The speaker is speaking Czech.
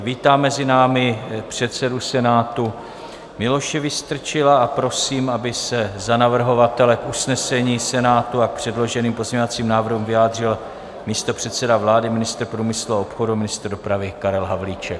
Vítám mezi námi předsedu Senátu Miloše Vystrčila a prosím, aby se za navrhovatele k usnesení Senátu a k předloženým pozměňovacím návrhům vyjádřil místopředseda vlády, ministr průmyslu a obchodu a ministr dopravy Karel Havlíček.